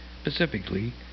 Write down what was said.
specifically